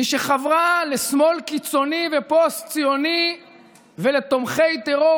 מי שחברה לשמאל קיצוני ופוסט-ציוני ולתומכי טרור